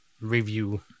review